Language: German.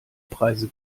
preise